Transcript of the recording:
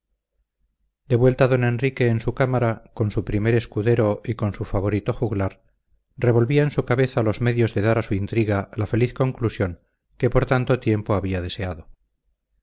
de vuelta don enrique en su cámara con su primer escudero y con su favorito juglar revolvía en su cabeza los medios de dar a su intriga la feliz conclusión que por tanto tiempo había deseado